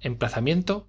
emplazamiento